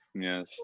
Yes